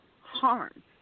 harm